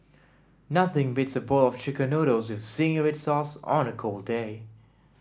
nothing beats a bowl of chicken noodles with zingy red sauce on a cold day